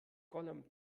gollum